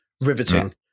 Riveting